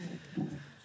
תודה רבה.